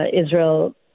Israel